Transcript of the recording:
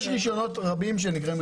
יש רישיונות רבים.